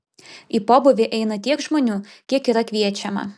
į pobūvį eina tiek žmonių kiek yra kviečiama